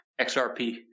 XRP